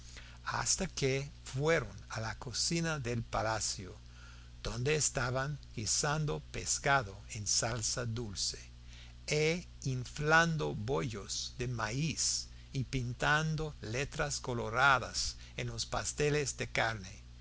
hasta que fueron a la cocina del palacio donde estaban guisando pescado en salsa dulce e inflando bollos de maíz y pintando letras coloradas en los pasteles de carne